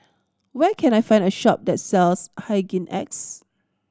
where can I find a shop that sells Hygin X